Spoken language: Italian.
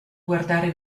guardare